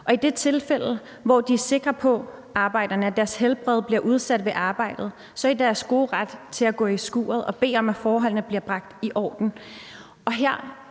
I det tilfælde, hvor de, arbejderne, er sikre på, at deres helbred er udsat ved arbejdet, er de i deres gode ret til at gå i skuret og bede om, at forholdene bliver bragt i orden.